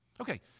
Okay